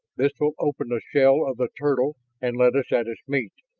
this will open the shell of the turtle and let us at its meat.